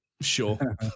Sure